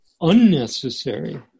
unnecessary